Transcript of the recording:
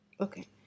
Okay